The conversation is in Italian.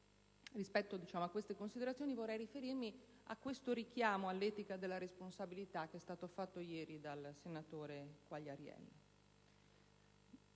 Rispetto a tali considerazioni, vorrei riferirmi al richiamo all'etica della responsabilità che è stato fatto ieri dal senatore Quagliariello